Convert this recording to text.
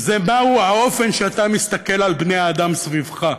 וזה מהו האופן שבו אתה מסתכל על בני-האדם סביבך,